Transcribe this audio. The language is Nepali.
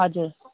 हजुर